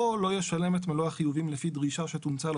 או לא ישלם את מלוא החיובים לפי דרישה שתומצא לו